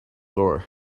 door